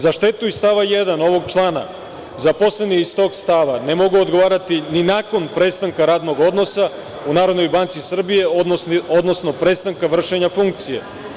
Za štetu iz stava 1. ovog člana, zaposleni iz tog stava ne mogu odgovarati ni nakon prestanka radnog odnosa u Narodnoj banci Srbije, odnosno prestanka vršenja funkcije.